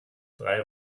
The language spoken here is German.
drei